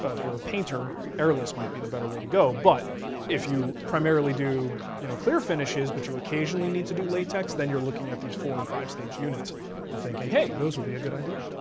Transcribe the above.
ah if you're a painter, airless might be the better way to go, but if you primarily do you know clear finishes, which but you occasionally need to do latex, then you're looking at these four and five stage units and thinking, hey, those would be a good idea.